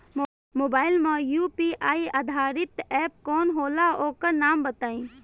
Mobile म UPI आधारित app कौन होला ओकर नाम बताईं?